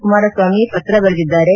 ಕುಮಾರಸ್ವಾಮಿ ಪತ್ರ ಬರೆದಿದ್ದಾರೆ